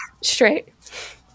straight